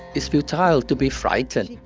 it's futile to be frightened.